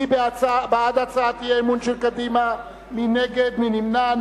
מי בעד הצעת האי-אמון של קדימה, מי נגד, מי נמנע?